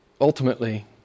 Ultimately